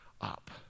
up